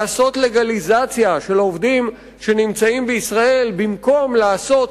לעשות לגליזציה של העובדים שנמצאים בישראל במקום לעשות